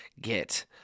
get